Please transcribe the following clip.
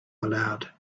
aloud